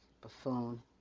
buffoon